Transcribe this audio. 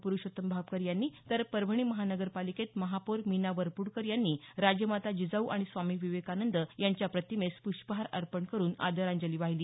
पुरुषोत्तम भापकर यांनी तर परभणी महानगरपालिकेत महापौर मीना वर्प्डकर यांनी राजमाता जिजाऊ आणि स्वामी विवेकानंद यांच्या प्रतिमेस पुष्पहार अर्पण करुन आदरांजली वाहिली